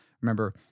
Remember